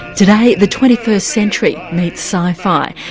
today the twenty first century meets sci-fi.